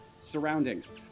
surroundings